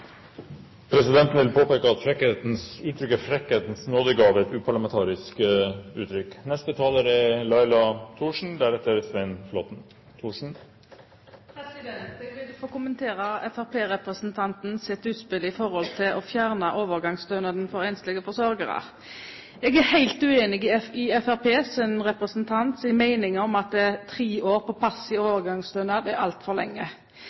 Presidenten vil påpeke at uttrykket «frekkhetens nådegave» er uparlamentarisk. Jeg vil få kommentere fremskrittspartirepresentantens utspill om å fjerne overgangsstønaden for enslige forsørgere. Jeg er helt uenig i det hun mener, at tre år på passiv overgangsstønad er altfor lenge.